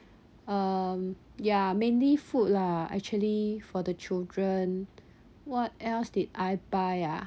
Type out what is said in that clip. um yeah mainly food lah actually for the children what else did I buy ah